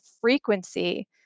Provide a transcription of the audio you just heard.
frequency